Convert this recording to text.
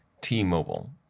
T-Mobile